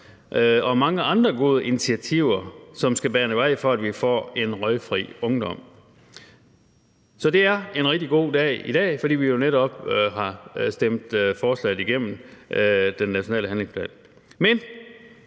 og mange andre gode initiativer, som skal bane vej for, at vi får en røgfri ungdomsårgang. Så det er en rigtig god dag i dag, fordi vi jo netop har stemt forslaget med den nationale handlingsplan igennem.